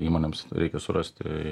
įmonėms reikia surasti